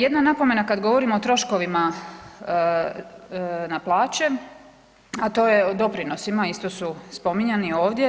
Jedna napomena kad govorimo o troškovima na plaće, a to je o doprinosima, isto su spominjani ovdje.